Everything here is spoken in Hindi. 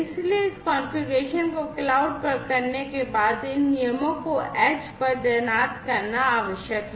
इसलिए इस कॉन्फ़िगरेशन को क्लाउड पर करने के बाद इन नियमों को edge पर तैनात करना आवश्यक है